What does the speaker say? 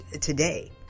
today